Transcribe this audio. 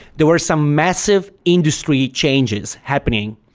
there were some massive industry changes happening.